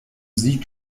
sieg